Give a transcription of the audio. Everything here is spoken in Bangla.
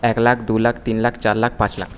এক লাখ দু লাখ তিন লাখ চার লাখ পাঁচ লাখ